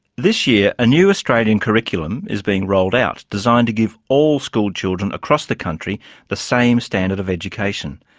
this year, a new australian curriculum is being rolled out, designed to give all school children across the country the same standard of education.